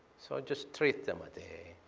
so just treat them with the.